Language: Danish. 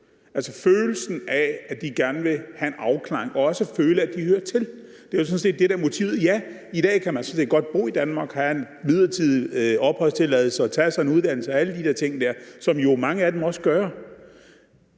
altså at de gerne vil have en afklaring og også føle, at de hører til? Det er jo sådan set det, der er motivet. Ja, i dag kan man sådan set godt bo i Danmark, have en midlertidig opholdstilladelse og tage sig en uddannelse og alle de her ting, som jo mange af dem også gør.